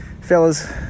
fellas